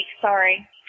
Sorry